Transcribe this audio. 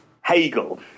Hegel